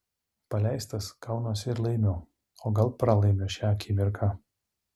paleistas kaunuosi ir laimiu o gal pralaimiu šią akimirką